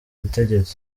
butegetsi